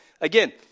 again